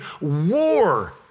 war